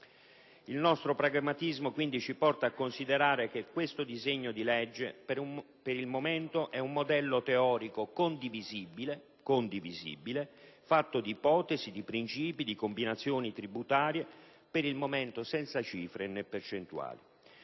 Il nostro pragmatismo ci porta quindi a considerare che il disegno di legge all'esame è per il momento un modello teorico condivisibile, fatto di ipotesi, di principi, di combinazioni tributarie, finora senza cifre né percentuali.